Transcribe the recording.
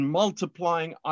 multiplying